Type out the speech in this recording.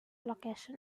location